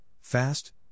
fast